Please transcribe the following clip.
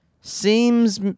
Seems